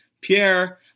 Pierre